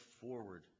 forward